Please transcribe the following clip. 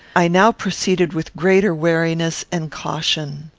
i now proceeded with greater wariness and caution.